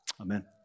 Amen